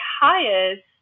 highest